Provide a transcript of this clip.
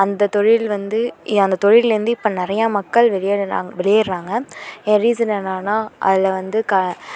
அந்த தொழில் வந்து அந்த தொழில்லேருந்தே இப்போ நிறையா மக்கள் வெளியேறினாங் வெளியேறுகிறாங்க இதில் ரீசன் என்னென்னால் அதில் வந்து க